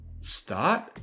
Start